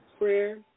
prayer